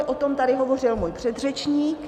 O tom tady hovořil můj předřečník.